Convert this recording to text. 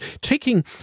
taking